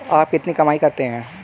आप कितनी कमाई करते हैं?